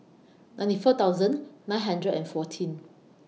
ninety four thousand nine hundred and fourteen